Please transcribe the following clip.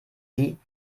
sie